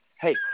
hey